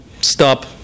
stop